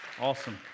awesome